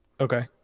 Okay